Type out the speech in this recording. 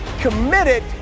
committed